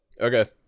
Okay